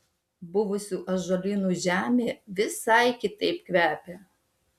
buvusių ąžuolynų žemė visai kitaip kvepia